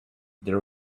there